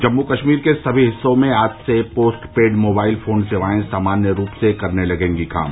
जम्मू कश्मीर के सभी हिस्सों में आज से पोस्ट पेड मोबाइल फोन सेवाएं सामान्य रूप से करने लगेंगी काम